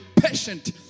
patient